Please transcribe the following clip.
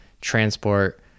transport